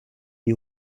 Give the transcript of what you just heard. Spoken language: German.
die